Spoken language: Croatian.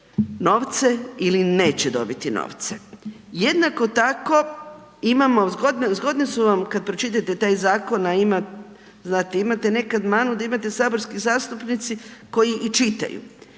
pomole i da o tome ovisi Jednako tako zgodne su vam kada pročitate taj zakon, a imate nekad manu da imate saborske zastupnike koji i čitaju,